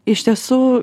iš tiesų